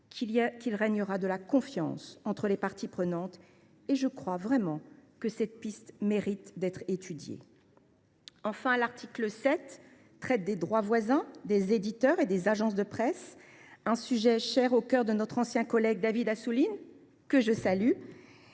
qu’il régnera de la confiance entre ses parties prenantes. Je pense que cette piste mérite réellement d’être étudiée. Enfin, l’article 7 traite des droits voisins des éditeurs et des agences de presse, un sujet cher au cœur de notre ancien collègue David Assouline, présent